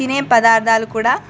తినే పదార్థాలు కూడా